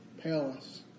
palace